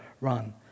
run